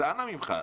אז אנא ממך,